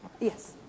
Yes